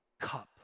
cup